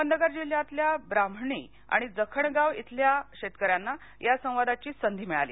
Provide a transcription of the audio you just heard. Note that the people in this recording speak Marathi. अहमदनगर जिल्ह्यातल्या ब्राह्मणी आणि जखणगाव इथल्या शेतकऱ्यांना या संवादाची संधी मिळाली